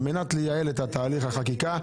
על מנת לייעל תהליך החקיקה,